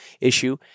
Issue